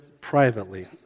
privately